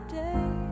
day